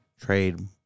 trade